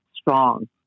strong